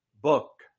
book